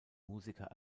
musiker